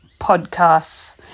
podcasts